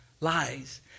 Lies